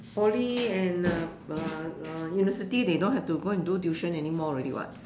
Poly and uh uh uh university they don't have to go and do tuition anymore already [what]